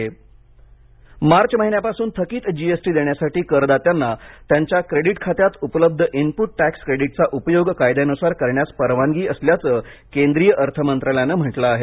input मार्च महिन्यापासून थकीत जी एस टी देण्यासाठी करदात्यांना त्यांच्या क्रेडिट खात्यात उपलब्ध इनपुट टॅक्स क्रेडिटचा उपयोग कायद्यानुसार करण्यास परवानगी असल्याचं केंद्रीय अर्थ मंत्रालयाने म्हटलं आहे